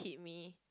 hit me